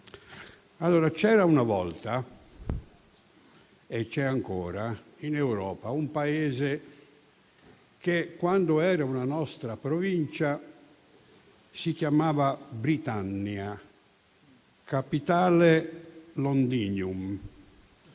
fine. C'era una volta e c'è ancora in Europa un Paese che quando era una nostra provincia si chiamava Britannia, capitale Londinium.